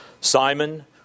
Simon